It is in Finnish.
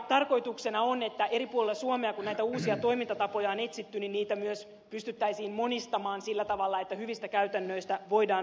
tarkoituksena on että eri puolilla suomea kun näitä uusia toimintatapoja on etsitty niitä myös pystyttäisiin monistamaan sillä tavalla että hyvistä käytännöistä voidaan ottaa oppia